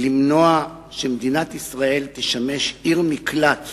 למנוע שמדינת ישראל תשמש עיר מקלט